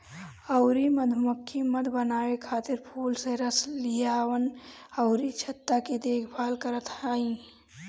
अउरी मधुमक्खी मधु बनावे खातिर फूल से रस लियावल अउरी छत्ता के देखभाल करत हई